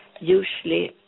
usually